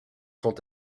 quant